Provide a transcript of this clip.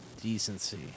Decency